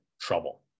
trouble